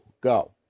Go